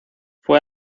fue